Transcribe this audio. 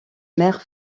mère